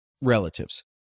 relatives